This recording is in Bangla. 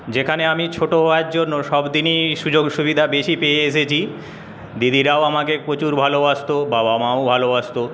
যেখানে আমি ছোটো হওয়ার জন্য সব দিনই সুযোগ সুবিধা বেশি পেয়ে এসেছি দিদিরাও আমাকে প্রচুর ভালবাসতো বাবা মাও ভালবাসত